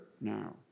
now